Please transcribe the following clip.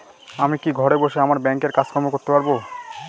আমি কি ঘরে বসে আমার ব্যাংকের কাজকর্ম করতে পারব?